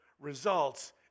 results